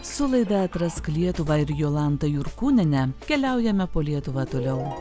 su laida atrask lietuvą ir jolanta jurkūniene keliaujame po lietuvą toliau